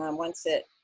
um once it